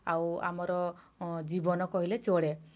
ଆଉ ଆମର ଜୀବନ କହିଲେ ଚଳେ